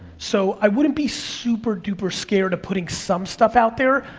so i wouldn't be super duper scared of putting some stuff out there,